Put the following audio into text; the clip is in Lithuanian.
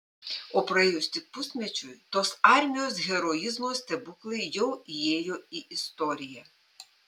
o praėjus tik pusmečiui tos armijos heroizmo stebuklai jau įėjo į istoriją